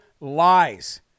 lies